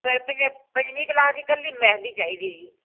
ਪਜ ਪੰਜਵੀਂ ਕਲਾਸ ਦੀ ਇਕੱਲੀ ਮੈਥ ਦੀ ਚਾਹੀਦੀ ਜੀ